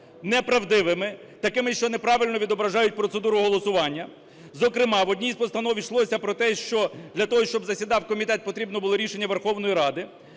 неправдивими, такими, що неправильно відображають процедуру голосування. Зокрема в одній постанові йшлося про те, що для того, щоб засідав комітет, потрібно було рішення Верховної Ради.